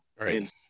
Right